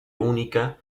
única